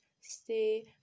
stay